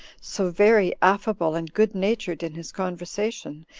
so very affable and good-natured in his conversation,